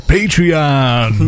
Patreon